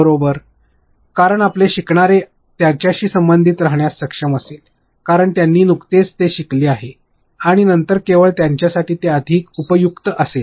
बरोबर कारण आपले शिकणारे त्याच्याशी संबंधित राहण्यास सक्षम असेल कारण त्यांनी नुकतेच ते शिकले आहे आणि नंतर केवळ त्यांच्यासाठी हे अधिक उपयुक्त ठरेल